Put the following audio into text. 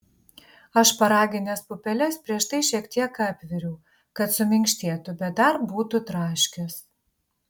aš šparagines pupeles prieš tai šiek tiek apviriau kad suminkštėtų bet dar būtų traškios